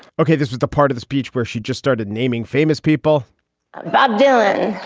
okay this is the part of the speech where she just started naming famous people bob dylan,